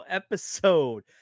episode